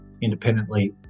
independently